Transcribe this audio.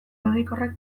abegikorrak